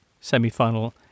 semi-final